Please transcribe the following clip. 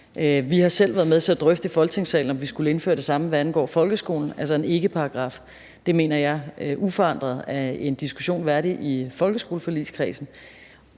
Vi har selv i Folketingssalen været med til at drøfte, om vi skulle indføre det samme, hvad angår folkeskolen, altså en ikkeparagraf, og det mener jeg uforandret er en diskussion værd i folkeskoleforligskredsen.